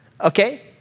okay